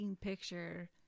picture